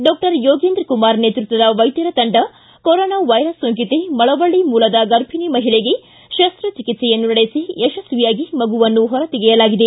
doctor Yogendra Kumar ನೇತೃತ್ವದ ವೈದ್ಯರ ತಂಡ ಕೊರೊನಾ ವೈರಸ್ ಸೋಂಕಿತ ಮಳವಳ್ಳ ಮೂಲದ ಗರ್ಭಿಣಿ ಮಹಿಳೆಗೆ ಶಸ್ತ್ರಚಿಕಿತ್ಸೆಯನ್ನು ನಡೆಸಿ ಯಶಸ್ವಿಯಾಗಿ ಮಗುವನ್ನು ಹೊರತೆಗೆಯಲಾಗಿದೆ